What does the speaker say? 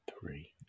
three